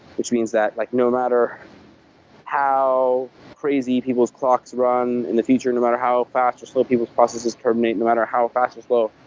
which means that like no matter how crazy people's clocks run in the future, no matter how fast or slow people's clocks is determining, no matter how fast or slow,